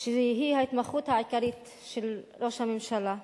שהיא ההתמחות העיקרית של ראש הממשלה,